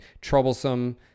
troublesome